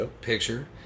picture